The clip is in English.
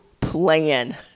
plan